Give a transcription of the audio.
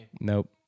Nope